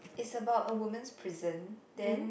it's about a woman's pleasant then